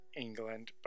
England